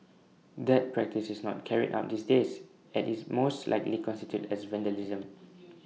that practice is not carried out these days as IT most likely constitutes as vandalism